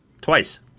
Twice